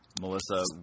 Melissa